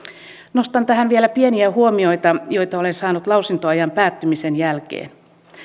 nostan tähän vielä pieniä huomioita joita olen saanut lausuntoajan päättymisen jälkeen